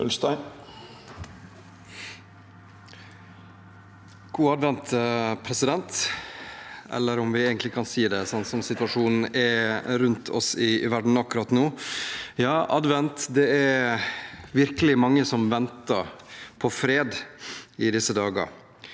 God advent, pre- sident, om vi kan si det, sånn som situasjonen er rundt oss i verden akkurat nå. Advent – ja, det er virkelig mange som venter på fred i disse dager,